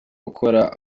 ukora